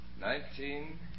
Nineteen